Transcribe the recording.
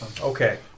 Okay